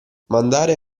mandare